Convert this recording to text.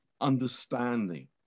understanding